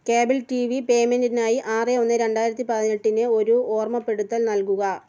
cable T V പേയ്മെൻറിനായി ആറ് ഒന്ന് രണ്ടായിരത്തി പതിനെട്ടിന് ഒരു ഓർമ്മപ്പെടുത്തൽ നൽകുക